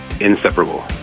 inseparable